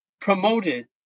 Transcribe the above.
promoted